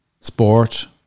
sport